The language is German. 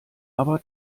aber